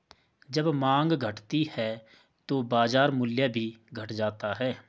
जब माँग घटती है तो बाजार मूल्य भी घट जाता है